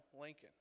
Lincoln